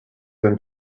than